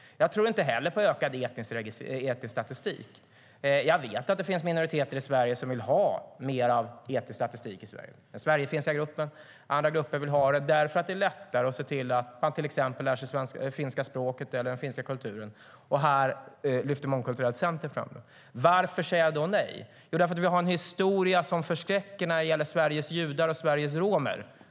Jag tror inte heller på ökad etnisk statistik. Jag vet att det finns minoriteter i Sverige som vill ha mer av etnisk statistik. Den sverigefinska gruppen och andra grupper vill ha det eftersom det är lättare att se till att människor till exempel lär sig det finska språket eller den finska kulturen. Detta lyfter Mångkulturellt centrum fram. Varför säger jag då nej? Jo, därför att vi har en historia av registrering som förskräcker när det gäller Sveriges judar och romer.